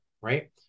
Right